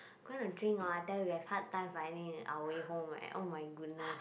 gonna drink hor I tell you we have hard time finding our way home eh oh-my-goodness